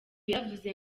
yaravuze